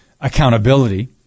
accountability